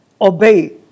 obey